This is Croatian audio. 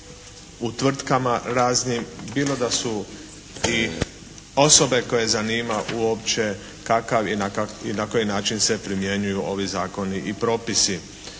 u tvrtkama raznim, bilo da su i osobe koje zanima uopće kakav i na koji način se primjenjuju ovi zakoni i propisi.